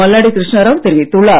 மல்லாடி கிருஷ்ணாராவ் தெரிவித்துள்ளார்